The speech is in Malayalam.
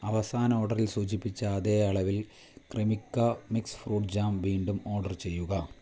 അവസാന ഓർഡറിൽ സൂചിപ്പിച്ച അതേ അളവിൽ ക്രെമിക്ക മിക്സ് ഫ്രൂട്ട് ജാം വീണ്ടും ഓർഡർ ചെയ്യുക